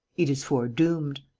it is foredoomed.